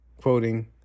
quoting